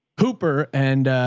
hooper and,